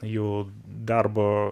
jų darbo